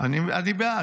אני בעד.